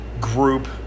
group